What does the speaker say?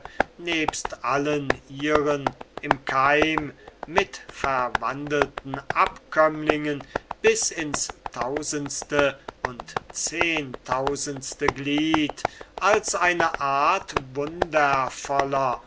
nebst allen ihren im keim mitverwandelten abkömmlingen bis ins tausendste und zehntausendste glied als eine art